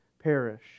perish